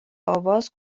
آواز